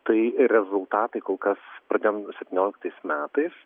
tai rezultatai kol kas pradėjom du septynioliktais metais